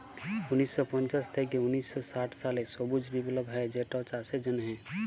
উনিশ শ পঞ্চাশ থ্যাইকে উনিশ শ ষাট সালে সবুজ বিপ্লব হ্যয় যেটচাষের জ্যনহে